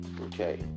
okay